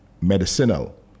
medicinal